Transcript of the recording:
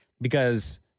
Because-